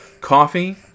coffee